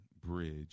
Bridge